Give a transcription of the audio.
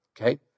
okay